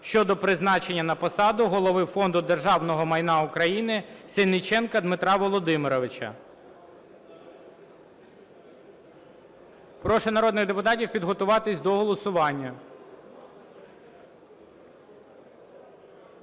щодо призначення на посаду Голови феоду державного майна України Сенниченка Дмитра Володимировича. Прошу народних депутатів підготуватись до голосування.